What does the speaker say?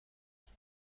گیاه